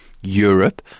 Europe